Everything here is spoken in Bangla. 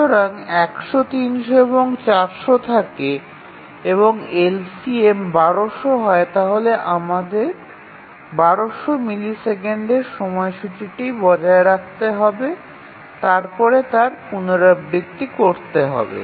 সুতরাং ১০০ ৩০০ এবং ৪০০ থাকে এবং এলসিএম ১২০০ হয় তাহলে আমাদের 1200 মিলি সেকেন্ডের সময়সূচীটি বজায় রাখতে হবে এবং তারপরে তার পুনরাবৃত্তি করতে হবে